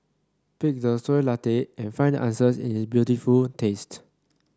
pick the Soy Latte and find the answers in its beautiful taste